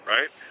Right